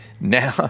now